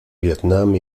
vietnam